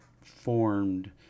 formed